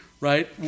right